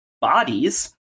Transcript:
bodies